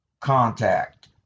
contact